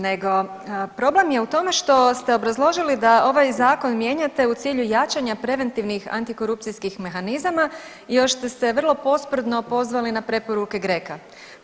Nego, problem je u tome što ste obrazložili da ovaj zakon mijenjate u cilju jačanja preventivnih antikorupcijskih mehanizama i još ste se vrlo posprdno pozvali na preporuke GRECO-a.